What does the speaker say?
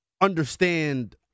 understand